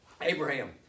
Abraham